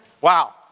Wow